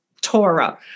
Torah